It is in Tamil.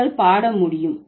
நீங்கள் பாடமுடியும்